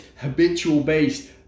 habitual-based